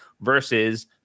versus